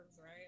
right